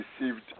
received